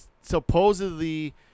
supposedly